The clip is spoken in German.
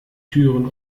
türen